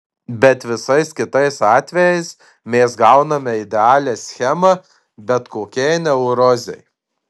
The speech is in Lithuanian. bet visais kitais atvejais mes gauname idealią schemą bet kokiai neurozei